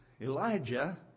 Elijah